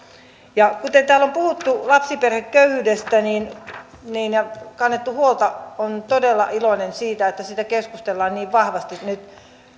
täällä on puhuttu lapsiperheköyhyydestä ja kannettu siitä huolta ja olen todella iloinen että siitä keskustellaan niin vahvasti nyt